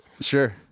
Sure